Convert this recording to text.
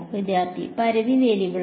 വിദ്യാർത്ഥി പരിധി വേരിയബിളാണ്